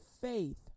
faith